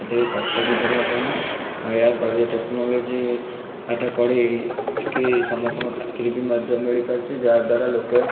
ଏତେ ବି କଷ୍ଟ ବି କରିବାକୁ ପଡ଼ୁନାହିଁ ଆଉ ଏହା କରିବା ଟେକ୍ନୋଲୋଜି ପାଠ ପଢ଼ିକି ସମସ୍ତଙ୍କ ଚାକିରୀ ବି ମଧ୍ୟ ମିଳିପାରୁଛି ଯାହା ଦ୍ୱାରା ଲୋକେ